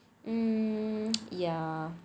hmm ya